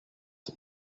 the